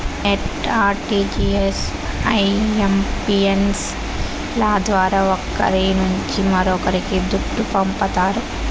NEFT, RTGS, IMPS ల ద్వారా ఒకరి నుంచి మరొక్కరికి దుడ్డు పంపతారు